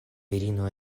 virino